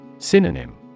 Synonym